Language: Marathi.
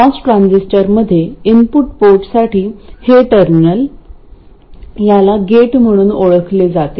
मॉस ट्रान्झिस्टरमध्ये इनपुट पोर्टसाठी हे टर्मिनल याला गेट म्हणून ओळखले जाते